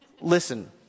listen